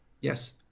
Yes